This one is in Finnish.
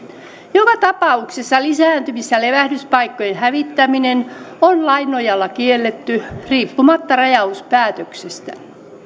joka tapauksessa lisääntymis ja levähdyspaikkojen hävittäminen on lain nojalla kielletty riippumatta rajauspäätöksistä